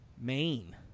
Maine